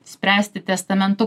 spręsti testamentu